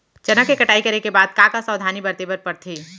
चना के कटाई करे के बाद का का सावधानी बरते बर परथे?